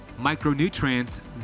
micronutrients